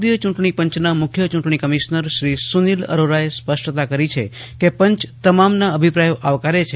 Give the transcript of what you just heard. ભારતીય ચૂંટણી પંચના મુખ્ય ચુંટણી કમિશ્નર શ્રી સુનીલ અરોરા એ સ્પષ્ટતા કરી છે કે પંચ તમામના અભિપ્રાય આવકારે છે